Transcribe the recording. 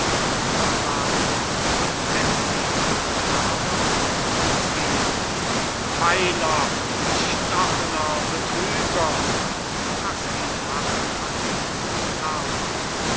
losgehend feiler bestochener betrüger faßt ihn hart